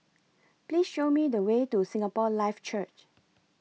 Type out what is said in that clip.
Please Show Me The Way to Singapore Life Church